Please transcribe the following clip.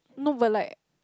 not but like